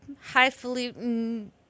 highfalutin